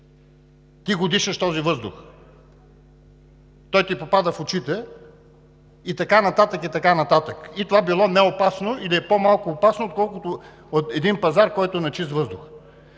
друг, дишаш този въздух, той попада в очите и така нататък, и така нататък. Това било неопасно или е по-малко опасно, отколкото един пазар, който е на чист въздух.